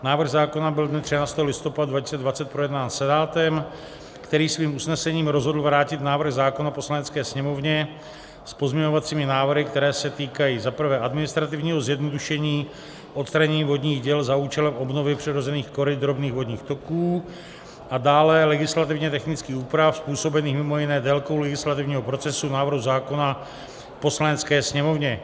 Návrh zákona byl dne 13. listopadu 2020 projednán Senátem, který svým usnesením rozhodl vrátit návrh zákona Poslanecké sněmovně s pozměňovacími návrhy, které se týkají za prvé administrativního zjednodušení odstranění vodních děl za účelem obnovy přirozených koryt drobných vodních toků, a dále legislativně technických úprav způsobených mimo jiné délkou legislativního procesu návrhu zákona v Poslanecké sněmovně.